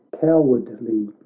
cowardly